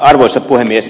arvoisa puhemies